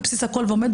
ועומד,